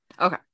Okay